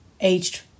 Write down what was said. aged